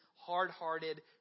hard-hearted